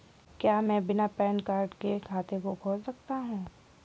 क्या मैं बिना पैन कार्ड के खाते को खोल सकता हूँ?